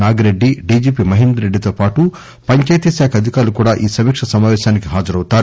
Nagireddy DGP Mahender Reddy తో పాటు పంచాయతీ శాఖ అధికారులు కూడా ఈ సమీకా సమాపేశానికి హాజరవుతారు